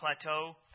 plateau